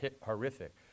horrific